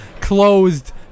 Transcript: closed